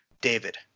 David